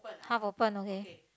half open okay